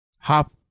hop